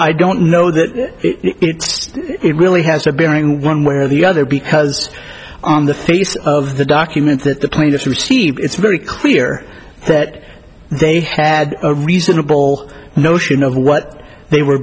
don't know that it really has no bearing one way or the other because on the face of the document that the plaintiffs received it's very clear that they had a reasonable notion of what they were